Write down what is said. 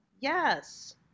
yes